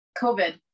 COVID